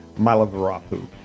Malavarapu